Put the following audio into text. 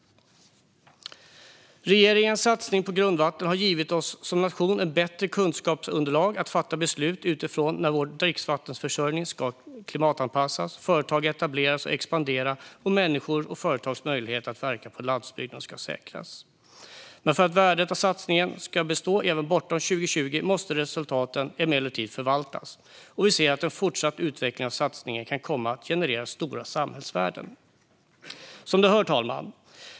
Regeringens satsning på grundvatten har gett oss som nation ett bättre kunskapsunderlag att fatta beslut utifrån när vår dricksvattenförsörjning ska klimatanpassas, företag etableras eller expandera och människors och företags möjligheter att verka på landsbygden ska säkras. För att värdet av satsningen ska bestå även bortom 2020 måste resultaten emellertid förvaltas, och vi ser att en fortsatt utveckling av satsningen kan komma att generera stora samhällsvärden. Herr talman!